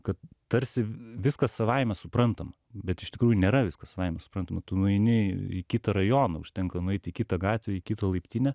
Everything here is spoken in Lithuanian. kad tarsi viskas savaime suprantama bet iš tikrųjų nėra viskas savaime suprantama tu nueini į į kitą rajoną užtenka nueit į kitą gatvę į kitą laiptinę